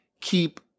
keep